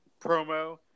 promo